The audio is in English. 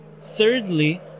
Thirdly